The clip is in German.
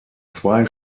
zwei